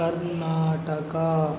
Karnataka